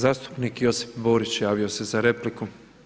Zastupnik Josip Borić, javio se za repliku.